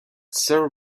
sir